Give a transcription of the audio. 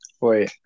Wait